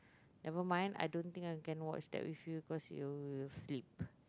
never mind I don't think I can watch that with you because you you'll sleep